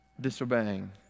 disobeying